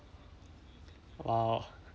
!wow!